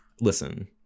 Listen